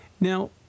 Now